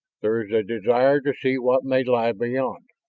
there is a desire to see what may lie beyond